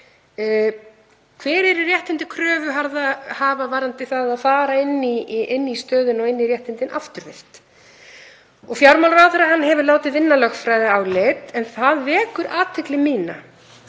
Hver eru réttindi kröfuhafa varðandi það að fara inn í stöðuna og inn í réttindin afturvirkt? Fjármálaráðherra hefur látið vinna lögfræðiálit en hún vekur athygli mína